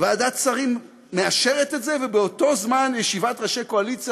ועדת שרים מאשרת את זה ובאותו זמן בישיבת ראשי קואליציה